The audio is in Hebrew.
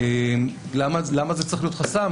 למה זה צריך להיות חסם?